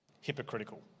hypocritical